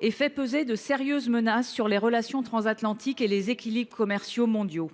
et fait peser de sérieuses menaces sur les relations transatlantiques et les équilibres commerciaux mondiaux.